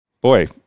boy